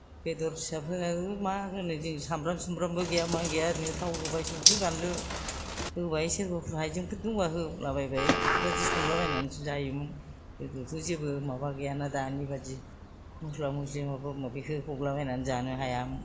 बेदर फिसाफोर मा होनो जों सामब्राम सुम्ब्रामबो गैया मा गैया ओरैनो थाव सबाय संख्रि फानलु होबाय सोरबाफोर हायजेंफोर दंबा होलाबायबाय बिबादि संलाबायनानैसो जायोमोन गोदोथ' जेबो माबा गैयाना दानि बादि मस्ला मस्लि माबा माबि होब्रबलाबायना जानो हाया